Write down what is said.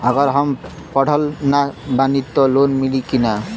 अगर हम पढ़ल ना बानी त लोन मिली कि ना?